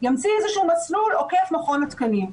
ימציא איזה שהוא מסלול עוקף מכון התקנים.